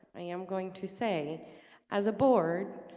i am going to say as a board.